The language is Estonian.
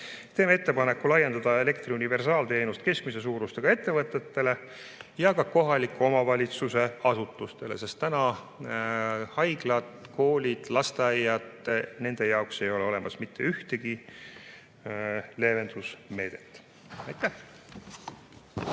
teeme ettepaneku laiendada elektri universaalteenust keskmise suurusega ettevõtetele ja ka kohaliku omavalitsuse asutustele, sest haiglate, koolide ja lasteaedade jaoks ei ole praegu mitte ühtegi leevendusmeedet. Aitäh!